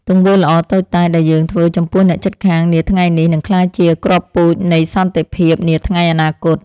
ទង្វើល្អតូចតាចដែលយើងធ្វើចំពោះអ្នកជិតខាងនាថ្ងៃនេះនឹងក្លាយជាគ្រាប់ពូជនៃសន្តិភាពនាថ្ងៃអនាគត។